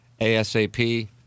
asap